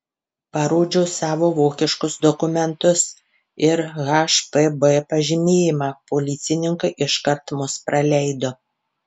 parodžiau savo vokiškus dokumentus ir hpb pažymėjimą policininkai iškart mus praleido